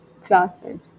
classes